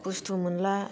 बुस्थु मोनला